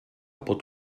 pot